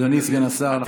אדוני סגן השר.